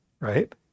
right